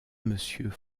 monsieur